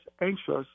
anxious